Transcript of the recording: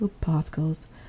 particles